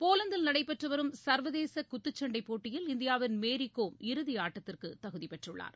போலந்தில் நடைபெற்றுவரும் சர்வதேச குத்துச்சண்டை சாம்பியன் போட்டியில் இந்தியாவின் மேரிகோம் இறுதி ஆட்டத்திற்கு தகுதி பெற்றுள்ளார்